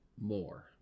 more